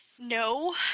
No